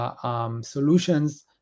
solutions